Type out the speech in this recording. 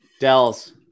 dells